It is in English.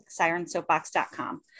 SirenSoapbox.com